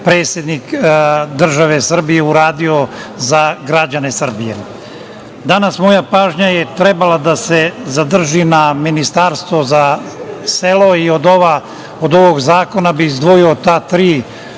predsednik države Srbije uradio za građane Srbije. Danas je moja pažnja trebalo da se zadrži na Ministarstvo za selo i od ovog zakona bih izdvojio ta tri